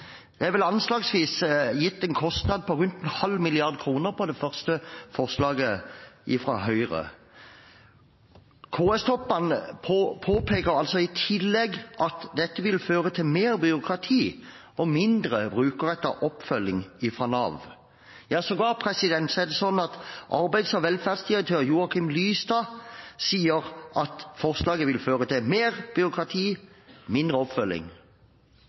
Det er vel oppgitt en kostnad på rundt en halv milliard kroner på det første forslaget fra Høyre. KS-toppene påpeker i tillegg at dette vil føre til mer byråkrati og mindre brukerrettet oppfølging fra Nav. Ja, sågar er det sånn at arbeids- og velferdsdirektør Joakim Lystad sier at forslaget vil føre til mer byråkrati og mindre oppfølging.